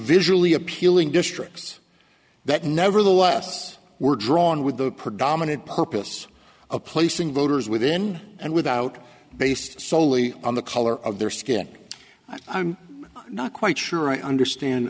visually appealing districts that nevertheless we're drawn with the predominant purpose of placing voters within and without based solely on the color of their skin i'm not quite sure i understand